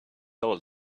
old